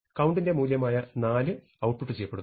count ന്റെ മൂല്യമായ 4 output ചെയ്യപ്പെടുന്നു